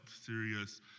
serious